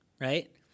Right